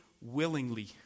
willingly